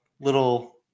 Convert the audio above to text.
little